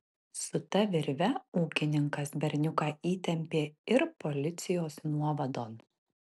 su ta virve ūkininkas berniuką įtempė ir policijos nuovadon